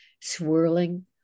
swirling